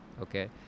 okay